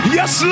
Yes